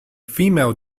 female